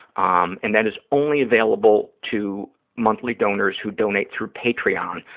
um and that is only available to monthly donors who donate through patreon,